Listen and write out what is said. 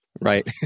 Right